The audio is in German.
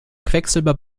quecksilber